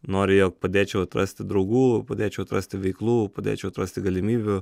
nori jog padėčiau atrasti draugų padėčiau atrasti veiklų padėčiau atrasti galimybių